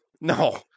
no